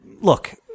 look